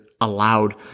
allowed